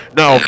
no